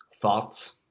thoughts